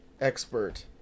expert